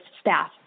staff